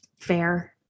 fair